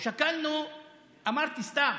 אמרתי סתם,